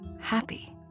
happy